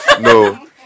No